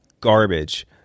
Garbage